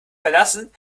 verlassen